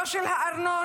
לא של הארנונה,